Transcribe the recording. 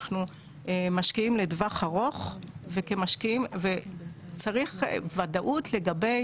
אנחנו משקיעים לטווח ארוך וצריך ודאות לגבי